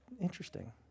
interesting